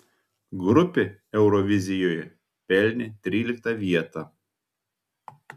grupė eurovizijoje pelnė tryliktą vietą